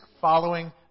following